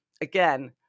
again